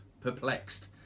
perplexed